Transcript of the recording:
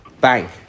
Bang